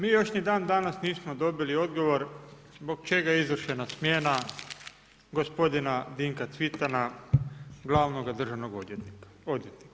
Mi još ni dandanas nismo dobili odgovor zbog čega je izvršena smjena gospodina Dinka Cvitana, glavnog državnog odvjetnika.